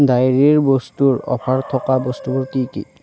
ডায়েৰীৰ বস্তুৰ অফাৰ থকা বস্তুবোৰ কি কি